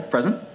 Present